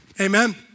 amen